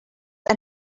ein